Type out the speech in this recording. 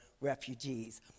refugees